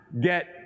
get